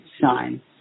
sign